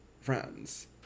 friends